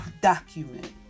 document